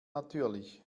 natürlich